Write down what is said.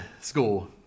school